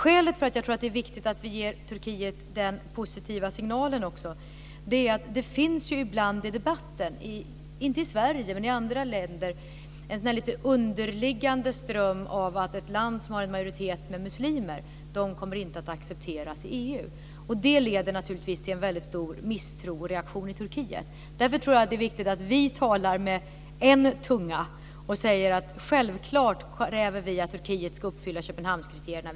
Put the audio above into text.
Skälet till att jag tror att det är viktigt att vi ger Turkiet den positiva signalen är att det ibland finns i debatten - inte i Sverige men i andra länder - en underliggande ström av att ett land som har en majoritet med muslimer inte kommer att accepteras i EU. Det leder naturligtvis till en väldigt stor misstro och reaktion i Turkiet. Därför tror jag att det är viktigt att vi talar med en tunga och säger att självklart kräver vi att Turkiet ska uppfylla Köpenhamnskriterierna.